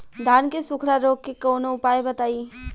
धान के सुखड़ा रोग के कौनोउपाय बताई?